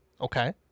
okay